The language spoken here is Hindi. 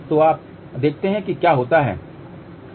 तो अब देखते हैं कि क्या होता है